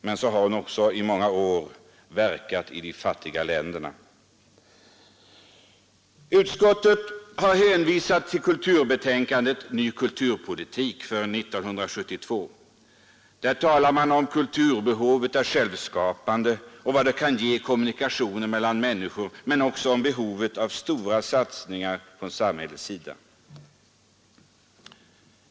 Men så har hon också i många år verkat i de fattiga länderna! Utskottet har hänvisat till kulturrådets betänkande Ny kulturpolitik. Där talas om kultur i form av aktivt deltagande och eget skapande arbete och vad detta kan betyda för kommunikationerna människorna emellan. Men det talas också om behovet av stora satsningar från samhällets sida.